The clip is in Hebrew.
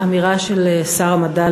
האמירה של שר המדע,